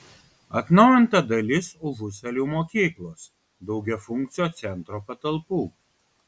atnaujinta dalis užusalių mokyklos daugiafunkcio centro patalpų